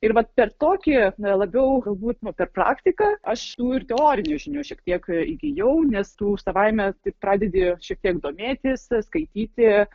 ir vat per tokį labiau galbūt nu per praktiką aš nu ir teorinių žinių šiek tiek įgijau nes tu savaime taip pradedi šiek tiek domėtis skaityti